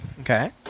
Okay